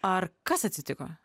ar kas atsitiko